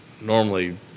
normally